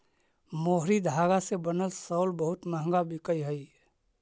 मोहरी धागा से बनल शॉल बहुत मँहगा बिकऽ हई